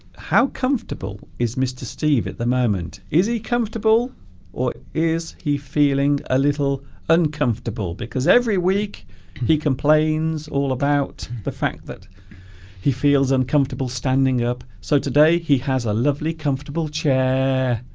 how comfortable is mr. steve at the moment is he comfortable or is he feeling a little uncomfortable because every week he complains all about the fact that he feels uncomfortable standing up so today he has ah lovely comfortable chair